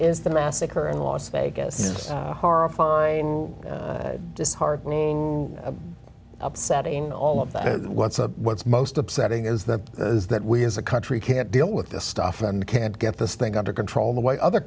is the massacre in las vegas horrifying disheartening and upsetting all of that what's a what's most upsetting is the is that we as a country can't deal with this stuff and can't get this thing under control the way other